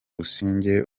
busingye